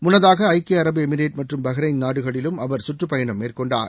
முன்னதாக ஐக்கிய அரபு எமிரேட் மற்றும் பக்ரைன் நாடுகளிலும் அவர் சுற்றுப்பயணம் மேற்கொண்டார்